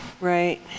Right